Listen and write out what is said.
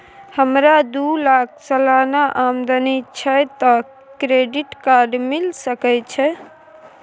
हमरा दू लाख सालाना आमदनी छै त क्रेडिट कार्ड मिल सके छै?